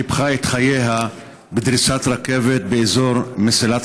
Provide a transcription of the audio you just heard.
קיפחה את חייה בדריסת רכבת באזור מסילת